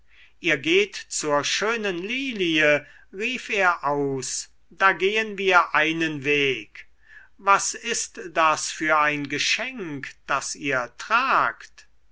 ihr geht zur schönen lilie rief er aus da gehen wir einen weg was ist das für ein geschenk das ihr tragt